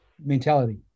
mentality